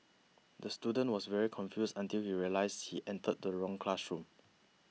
the student was very confused until he realised he entered the wrong classroom